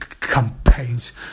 campaigns